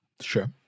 Sure